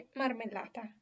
marmellata